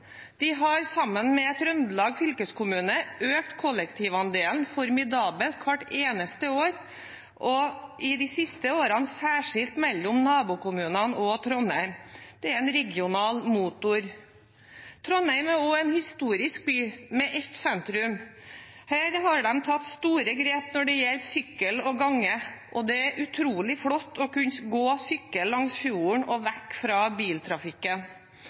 De har sammen med Trøndelag fylkeskommune økt kollektivandelen formidabelt hvert eneste år, og i de siste årene særskilt mellom nabokommunene og Trondheim. Det er en regional motor. Trondheim er også en historisk by med ett sentrum. Her har de tatt store grep når det gjelder sykkel og gange, og det er utrolig flott å kunne gå og sykle langs fjorden og vekk fra biltrafikken.